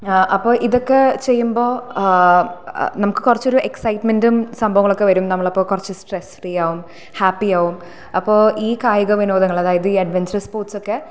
ആ അപ്പം ഇതൊക്കെ ചെയ്യുമ്പോൾ നമുക്ക് കുറച്ചൊരു ഇക്സൈറ്റ്മൻറ്റും സംഭവങ്ങളൊക്കെ വരും നമ്മൾ അപ്പോൾ കുറച്ച് സ്ട്രെസ് ഫ്രീ ആകും ഹാപ്പിയാവും അപ്പോൾ ഈ കായികവിനോദങ്ങള് അതായത് ഈ അഡ്വെഞ്ചറസ് സ്പോർട്സൊക്കെ